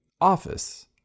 office